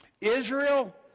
Israel